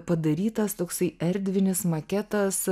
padarytas toksai erdvinis maketas